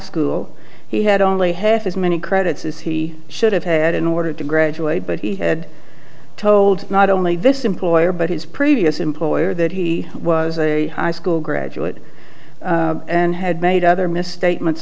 school he had only half as many credits as he should have had in order to graduate but he had told not only this employer but his previous employer that he was a high school graduate and had made other misstatements